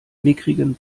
mickrigen